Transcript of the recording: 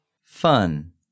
Fun